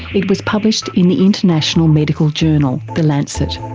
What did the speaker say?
it was published in the international medical journal, the lancet.